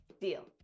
Deal